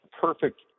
perfect